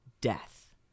death